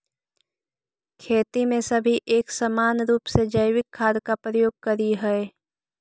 खेती में सभी एक समान रूप से जैविक खाद का प्रयोग करियह